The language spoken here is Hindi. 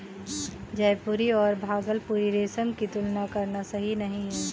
जयपुरी और भागलपुरी रेशम की तुलना करना सही नही है